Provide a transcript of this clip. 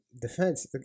defense